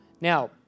Now